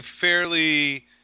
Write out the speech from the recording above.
fairly